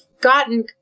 gotten